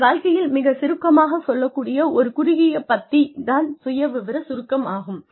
உங்கள் வாழ்க்கையை மிகச் சுருக்கமாகச் சொல்லக் கூடிய ஒரு குறுகிய பத்தி தான் சுயவிவர சுருக்கம் ஆகும்